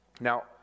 Now